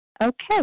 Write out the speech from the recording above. Okay